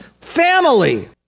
family